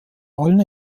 allen